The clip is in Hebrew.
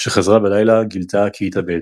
כשחזרה בלילה גילתה כי התאבד.